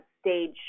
stage